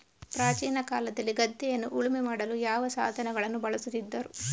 ಪ್ರಾಚೀನ ಕಾಲದಲ್ಲಿ ಗದ್ದೆಯನ್ನು ಉಳುಮೆ ಮಾಡಲು ಯಾವ ಸಾಧನಗಳನ್ನು ಬಳಸುತ್ತಿದ್ದರು?